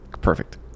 Perfect